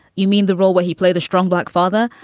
you mean the role where he played a strong black father?